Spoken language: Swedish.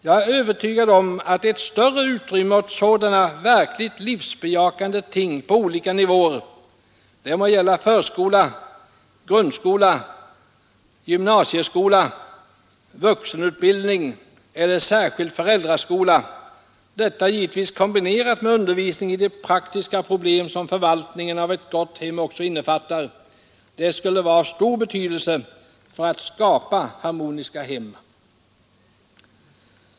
Jag är övertygad om att ett större utrymme åt sådana verkligt livsbejakande ting på olika nivåer — det må gälla förskola, grundskola, gymnasieskola, vuxenutbildning eller särskild föräldraskola — givetvis kombinerat med undervisning i de praktiska problem som förvaltningen av ett gott hem också innefattar skulle vara av stor betydelse för att skapa harmoniska hem.